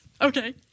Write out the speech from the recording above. Okay